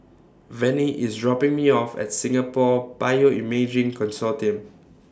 Vennie IS dropping Me off At Singapore Bioimaging Consortium